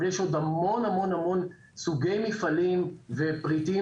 אבל יש עוד המון המון סוגי מפעלים ופריטים